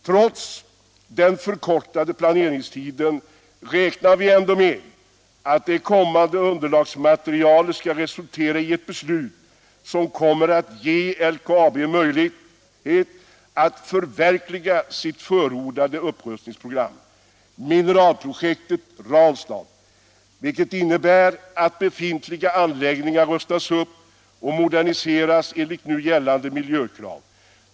Trots den förkortade planeringstiden räknar vi med att det kommande underlagsmaterialet skall resultera i ett beslut som kommer att ge LKAB möjlighet att förverkliga sitt förordade upprustningsprogram, mineralprojektet Ranstad, vilket innebär att befintliga anläggningar rustas upp och moderniseras enligt nu gällande miljöplan.